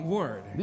word